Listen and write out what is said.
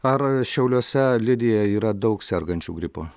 ar šiauliuose lidija yra daug sergančių gripu